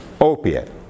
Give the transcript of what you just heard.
opiate